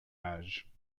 âge